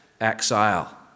exile